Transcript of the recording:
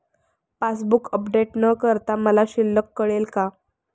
Passbook update न करता मला शिल्लक कळेल का?